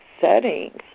settings